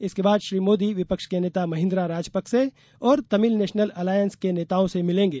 इसके बाद श्री मोदी विपक्ष के नेता महिन्द्रा राजपक्से और तमिल नेशनल एलायंस के नेताओं से मिलेंगे